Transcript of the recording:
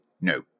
no